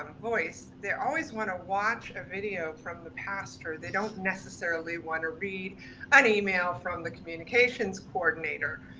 um voice, they always wanna watch a video from the pastor. they don't necessarily wanna read an email from the communications coordinator.